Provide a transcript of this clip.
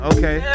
Okay